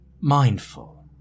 Mindful